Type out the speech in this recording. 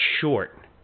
short